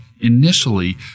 Initially